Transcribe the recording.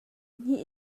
hnih